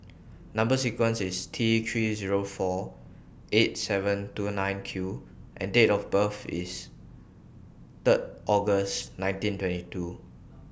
Number sequence IS T three Zero four eight seven two nine Q and Date of birth IS Third August nineteen twenty two